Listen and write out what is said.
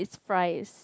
surprised